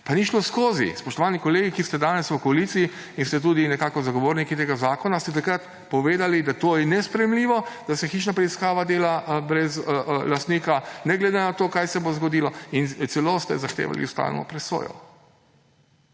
pa ni šlo skozi. Spoštovani kolegi, ki ste danes v koaliciji in ste tudi nekako zagovorniki tega zakona, ste takrat povedali, da to je nesprejemljivo, da se hišna preiskava dela brez lastnika, ne glede na to, kaj se bo zgodilo, in celo ste zahtevali ustavno presojo.